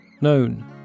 known